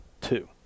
two